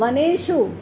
वनेषु